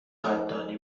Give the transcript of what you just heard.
قدردانی